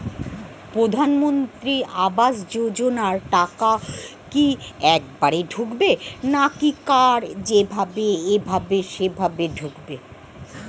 প্রধানমন্ত্রী আবাস যোজনার টাকা কি একবারে ঢুকবে নাকি কার যেভাবে এভাবে সেভাবে ঢুকবে?